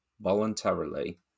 voluntarily